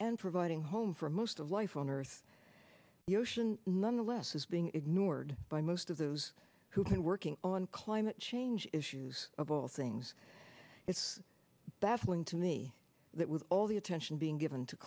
and providing home for most of life on earth the ocean nonetheless is being ignored by most of those who've been working on climate change issues of all things it's baffling to me that with all the attention being given to